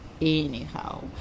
anyhow